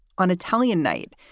on italian night,